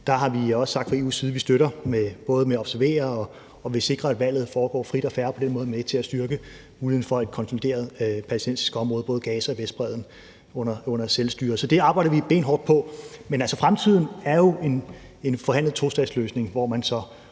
der har sagt fra EU’s side, at vi støtter processen – både ved at observere og ved at sikre, at valget foregår frit og fair. På den måde er vi med til at styrke muligheden for et konsolideret palæstinensisk område, altså både Vestbredden og Gaza under selvstyre. Så det arbejder vi benhårdt på. Men altså, fremtiden er jo en forhandlet tostatsløsning, sådan at